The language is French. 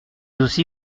aussi